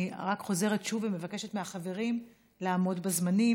אני רק חוזרת שוב ומבקשת מהחברים לעמוד בזמנים,